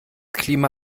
klima